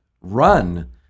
run